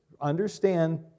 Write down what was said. understand